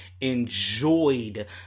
enjoyed